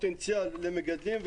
הפוטנציאל למגדלים,